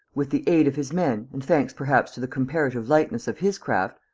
with the aid of his men and thanks perhaps to the comparative lightness of his craft,